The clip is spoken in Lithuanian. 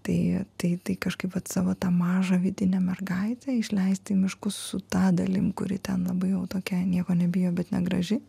tai tai tai kažkaip vat savo tą mažą vidinę mergaitę išleisti į miškus su ta dalim kuri ten labai jau tokia nieko nebijo bet negraži